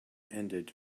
ended